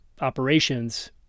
operations